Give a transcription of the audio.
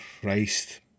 Christ